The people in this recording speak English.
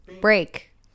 Break